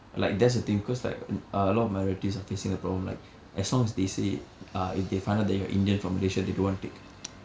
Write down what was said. like that's the thing cause like a lot of my relatives are facing the problem like as long as they say ah if they find out that you're indian from Malaysia they don't want to take